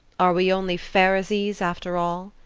are we only pharisees after all?